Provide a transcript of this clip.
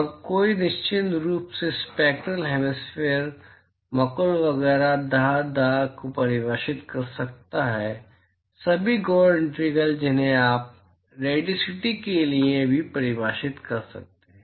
और कोई निश्चित रूप से स्पैक्टरल हेमिस्फेरिकल मकुल वगैरह दाह दाह दाह को परिभाषित कर सकता है सभी गोर इंटीग्रल जिन्हें आप रेडियोसिटी के लिए भी परिभाषित कर सकते हैं